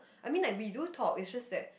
I mean like we do talk it's just that